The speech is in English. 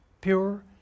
pure